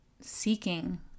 seeking